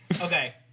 Okay